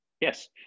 Yes